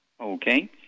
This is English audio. Okay